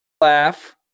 laugh